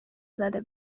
زده